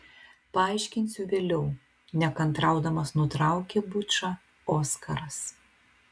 paaiškinsiu vėliau nekantraudamas nutraukė bučą oskaras